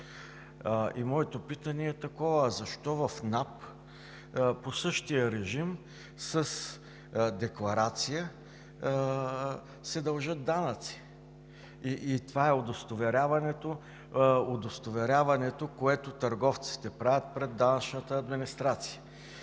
И моето питане е такова: защо в НАП по същия режим – с декларация, се дължат данъци? И това е удостоверяването, което търговците правят пред данъчната администрация.